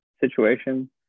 situation